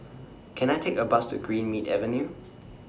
Can I Take A Bus to Greenmead Avenue